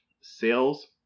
Sales